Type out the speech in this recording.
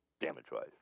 damage-wise